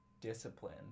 discipline